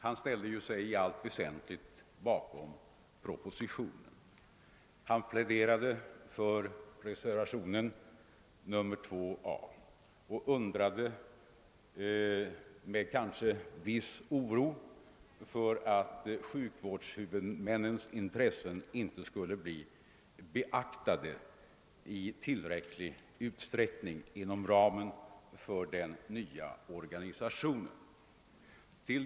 Han ställde sig ju i allt väsentligt bakom propositionen men pläderade för bifall till reservationen 2a och undrade med viss oro, om sjukvårdshuvudmännens intressen skulle bli beaktade i tillräcklig utsträckning inom ramen för den nya organisationen.